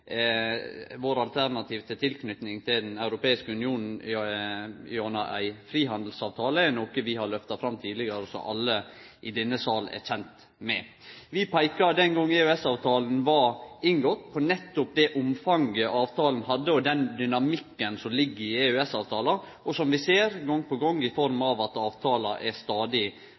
til Den europeiske unionen gjennom ein frihandelsavtale. Det er noko vi har lyfta fram tidlegare, så det er alle i denne salen kjende med. Vi peika den gongen EØS-avtalen blei inngått, på nettopp det omfanget avtalen hadde, og den dynamikken som ligg i EØS-avtalen, og som vi ser – gong på gong – i form av at avtalen blir stadig